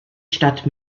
stadt